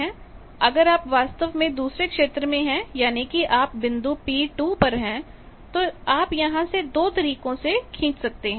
अगर आप वास्तव में दूसरे क्षेत्र में है यानी कि आप बिंदु P2 पर हैं तो आप यहां से दो तरीकों से खींच सकते हैं